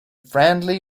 friendly